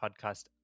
podcast